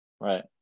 Right